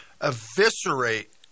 eviscerate